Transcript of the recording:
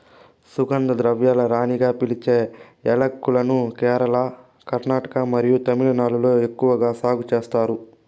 సుగంధ ద్రవ్యాల రాణిగా పిలిచే యాలక్కులను కేరళ, కర్ణాటక మరియు తమిళనాడులో ఎక్కువగా సాగు చేస్తారు